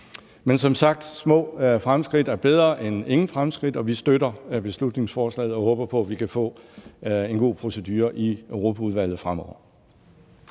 Men små fremskridt er som sagt bedre end ingen fremskridt, og vi støtter beslutningsforslaget og håber på, vi kan få en god procedure i Europaudvalget fremover.